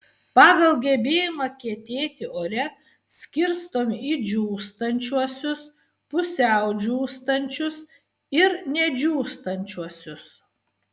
pagal gebėjimą kietėti ore skirstomi į džiūstančiuosius pusiau džiūstančius ir nedžiūstančiuosius